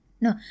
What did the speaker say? no